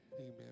amen